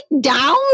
down